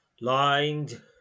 Lined